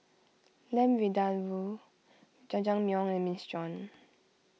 Lamb Vindaloo Jajangmyeon and Minestrone